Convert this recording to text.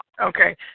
Okay